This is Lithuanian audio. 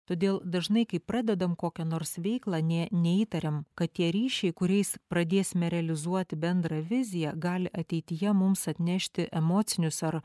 todėl dažnai kai pradedam kokią nors veiklą nė neįtariam kad tie ryšiai kuriais pradėsime realizuoti bendrą viziją gali ateityje mums atnešti emocinius ar